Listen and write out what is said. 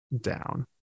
down